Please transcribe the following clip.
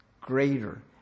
Greater